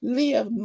live